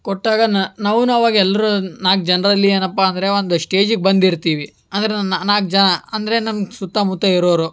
ಕೊಟ್ಟಾಗ ನಾವೂ ಅವಾಗ ಎಲ್ಲರೂ ನಾಲ್ಕು ಜನರಲ್ಲಿ ಏನಪ್ಪ ಅಂದರೆ ಒಂದು ಸ್ಟೇಜಿಗೆ ಬಂದಿರ್ತೀವಿ ಅಂದರೆ ನಾಲ್ಕು ಜನ ಅಂದರೆ ನಮ್ಮ ಸುತ್ತಮುತ್ತ ಇರೋರು